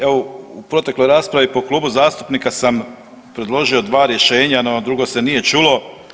Evo u protekloj raspravi po klubu zastupnika sam predložio dva rješenja no ovo drugo se nije čulo.